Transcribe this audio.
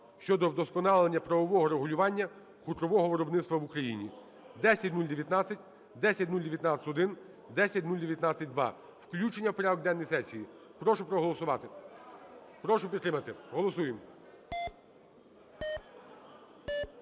щодо вдосконалення правового регулювання хутрового виробництва в Україні (10019, 10019-1, 10019-2). Включення в порядок денний сесії. Прошу проголосувати, прошу підтримати. Голосуємо.